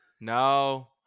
No